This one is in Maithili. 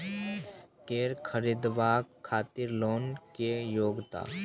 कैर खरीदवाक खातिर लोन के योग्यता?